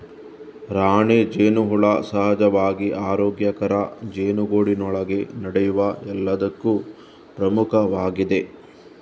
ರಾಣಿ ಜೇನುಹುಳ ಸಹಜವಾಗಿ ಆರೋಗ್ಯಕರ ಜೇನುಗೂಡಿನೊಳಗೆ ನಡೆಯುವ ಎಲ್ಲದಕ್ಕೂ ಪ್ರಮುಖವಾಗಿದೆ